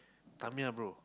Tamiya bro